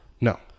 No